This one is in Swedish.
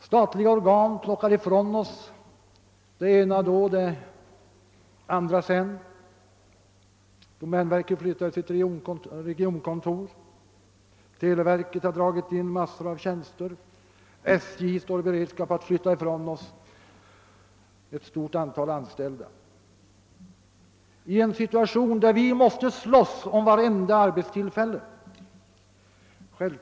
Statliga organ plockar ifrån oss det ena efter det andra — domänverket flyttar sitt regionkontor, televerket har dragit in massor av tjänster, SJ står i beredskap att flytta från oss ett stort antal anställda — i en situation där vi måste slåss om vartenda arbetstillfälle.